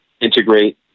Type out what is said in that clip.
integrate